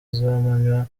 z’amanywa